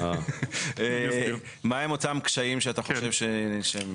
איפה יותר קל לו להגיש ערר כשהוא בתוך החדר בשדה תעופה כאן או בחוץ?